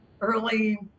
early